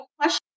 question